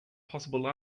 possible